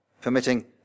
permitting